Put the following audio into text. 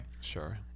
Sure